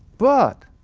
but,